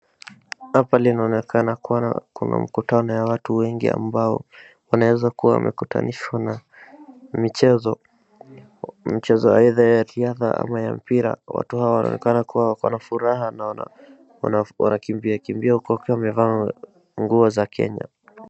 Hapa leo inaonekana kuna mkutano ya watu wengi ambao wanaeza kuwa wamekutanishwa na michezo. Michezo aidha ya riadha ama ya mpira. Watu hawa wanaonekana wakona furaha na wanakimbiakimbia huku wakiwa wamevaa nguo za Kenya.